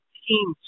team